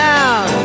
out